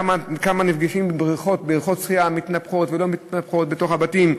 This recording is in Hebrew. כמה נפגעים בבריכות שחייה מתנפחות ולא מתנפחות בתוך הבתים,